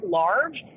large